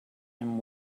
him